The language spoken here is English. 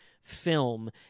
film